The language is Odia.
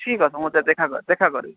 ଠିକ ଅଛି ମୋତେ ଦେଖା କରି ଦେଖାକରିବେ